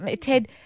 Ted